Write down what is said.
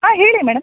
ಹಾಂ ಹೇಳಿ ಮೇಡಮ್